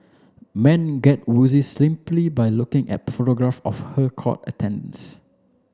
men get woozy simply by looking at photograph of her court attendance